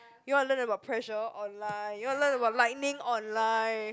you want to learn about pressure online you want to learn about lightning online